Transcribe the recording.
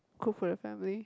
cook for the family